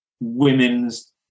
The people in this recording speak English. women's